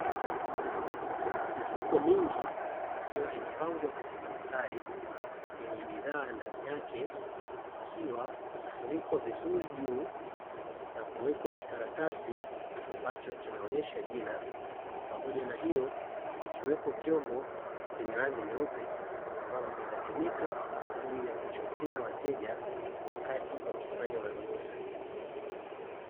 Mifuko mingi ikiwa imepangwa katika mstari yenye bidhaa ndani yake, ikiwa imefunikwa vizuri juu na kuwekwa kikaratasi ambacho kinaonyesha jina; pamoja na hiyo ikiwepo vyombo vyenye rangi nyeupe ambavyo vinatumika kwa ajili ya kuchotea wateja, wakati wakifanya manunuzi.